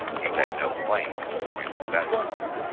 you had no claim against the vessel owner,